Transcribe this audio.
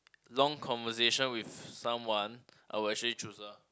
long conversation with someone I will actually choose her